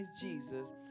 Jesus